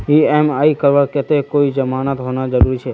EMI करवार केते कोई जमानत होना जरूरी छे?